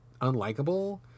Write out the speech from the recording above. unlikable